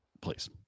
Please